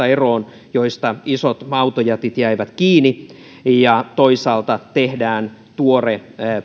eroon joista isot autojätit jäivät kiinni ja toisaalta tehdään tuore